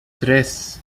tres